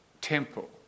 temple